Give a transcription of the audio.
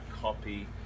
copy